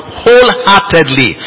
wholeheartedly